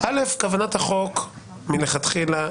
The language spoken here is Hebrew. מסע של חיים או קבוצה של נכים כאלה או נכי צה"ל.